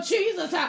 Jesus